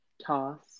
task